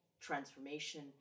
transformation